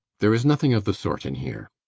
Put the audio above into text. there is nothing of the sort in here.